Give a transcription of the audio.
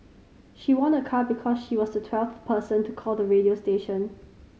she won a car because she was the twelfth person to call the radio station